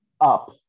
up